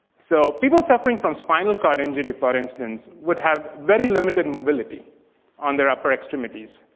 so people suffering from spinal cord injury for instance would have very limited and mobility on their upper extremities.